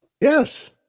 Yes